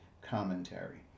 commentary